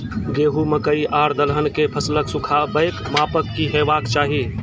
गेहूँ, मकई आर दलहन के फसलक सुखाबैक मापक की हेवाक चाही?